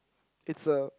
it's a